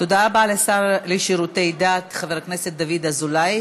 תודה רבה לשר לשירותי דת חבר הכנסת דוד אזולאי.